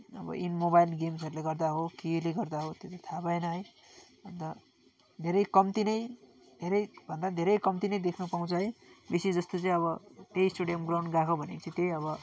अब इन मोबाइल गेम्सहरूले गर्दा हो केले गर्दा हो त्यो चाहिँ थाहा भएन है अन्त धेरै कम्ती नै धेरैभन्दा धेरै कम्ती नै देख्नु पाउँछ है बेसीजस्तो चाहिँ अब त्यही स्टेडियम ग्राउन्ड गएको भनेको चाहिँ त्यही अब